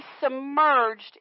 submerged